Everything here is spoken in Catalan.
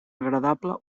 agradable